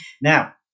now